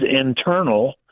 internal